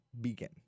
begin